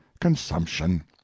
consumption